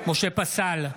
משה פסל,